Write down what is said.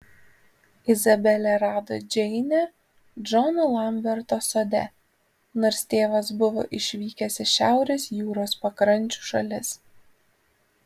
izabelė rado džeinę džono lamberto sode nors tėvas buvo išvykęs į šiaurės jūros pakrančių šalis